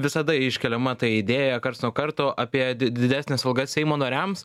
visada iškeliama ta idėja karts nuo karto apie didesnes algas seimo nariams